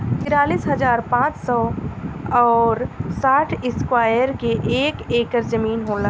तिरालिस हजार पांच सौ और साठ इस्क्वायर के एक ऐकर जमीन होला